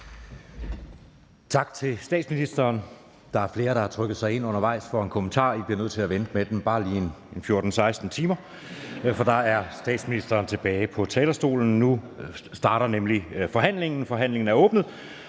Tak til statsministeren. Der er flere, der har trykket sig ind undervejs for en kommentar. I bliver nødt til at vente med at komme med den, bare lige 14-16 timer, for der er statsministeren tilbage på talerstolen. Nu starter vi nemlig på forhandlingen. Forhandlingen er åbnet,